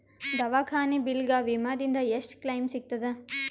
ದವಾಖಾನಿ ಬಿಲ್ ಗ ವಿಮಾ ದಿಂದ ಎಷ್ಟು ಕ್ಲೈಮ್ ಸಿಗತದ?